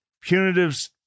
punitive